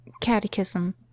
Catechism